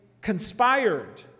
conspired